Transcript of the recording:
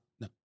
No